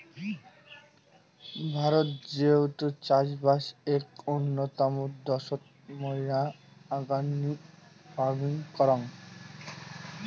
ভারত যেহেতু চাষবাস এক উন্নতম দ্যাশোত, মুইরা অর্গানিক ফার্মিং করাং